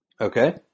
okay